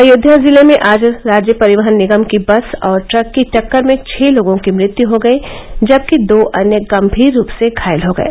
अयोध्या जिले में आज राज्य परिवहन निगम की बस और ट्रक की टक्कर में छह लोगों की मृत्यु हो गयी जबकि दो अन्य गंभीर रूप से घायल हो गये